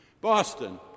Boston